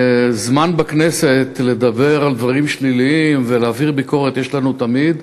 זמן לדבר על דברים שליליים ולהעביר ביקורת יש לנו בכנסת תמיד,